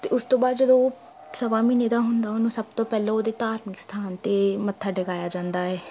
ਅਤੇ ਉਸ ਤੋਂ ਬਾਅਦ ਜਦੋਂ ਉਹ ਸਵਾ ਮਹੀਨੇ ਦਾ ਹੁੰਦਾ ਉਹਨੂੰ ਸਭ ਤੋਂ ਪਹਿਲਾਂ ਉਹਦੇ ਧਾਰਮਿਕ ਅਸਥਾਨ 'ਤੇ ਮੱਥਾ ਟਿਕਾਇਆ ਜਾਂਦਾ ਏ